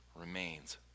remains